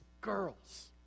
girls